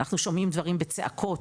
אנחנו שומעים דברים בצעקות,